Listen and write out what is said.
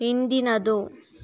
ಹಿಂದಿನದು